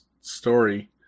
story